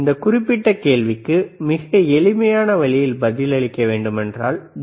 இந்த குறிப்பிட்ட கேள்விக்கு மிக எளிமையான வழியில் பதில் அளிக்க வேண்டுமென்றால் டி